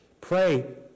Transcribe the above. Pray